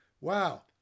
Wow